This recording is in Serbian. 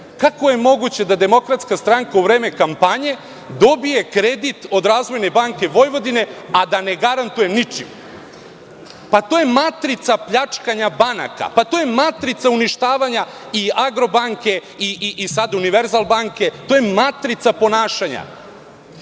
kako je moguće da DS u vreme kampanje dobije kredit od „Razvojne banke Vojvodine“, a da ne garantuje ničim? To je matrica pljačkanja banaka. To je matrica uništavanja i „Agrobanke“ i sada „Univerzal banke“. To je matrica ponašanja.